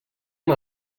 amb